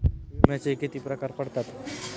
विम्याचे किती प्रकार पडतात?